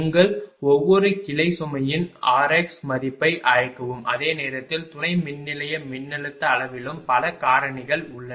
உங்கள் ஒவ்வொரு கிளை சுமையின் ஆர்எக்ஸ் மதிப்பை அழைக்கவும் அதே நேரத்தில் துணை மின்நிலைய மின்னழுத்த அளவிலும் பல காரணிகள் உள்ளன